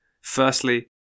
Firstly